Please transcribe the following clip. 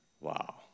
Wow